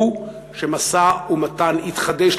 הוא שמשא-ומתן יתחדש,